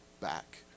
back